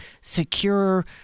secure